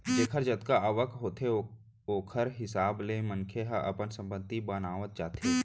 जेखर जतका आवक होथे ओखर हिसाब ले मनखे ह अपन संपत्ति बनावत जाथे